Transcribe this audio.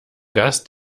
gast